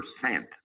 percent